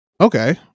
okay